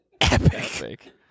Epic